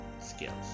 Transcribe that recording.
skills